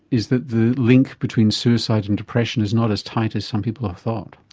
is that the link between suicide and depression is not as tight as some people ah thought.